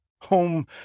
home